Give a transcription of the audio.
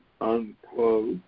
unquote